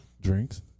drinks